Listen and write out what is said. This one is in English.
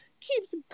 keeps